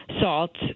salt